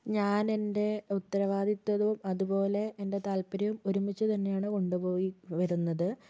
ഞാനെൻ്റെ ഉത്തരവാദിത്വവും അതുപോലെ എൻ്റെ താത്പര്യവും ഒരുമിച്ച് തന്നെയാണ് കൊണ്ട് പോയി വരുന്നത്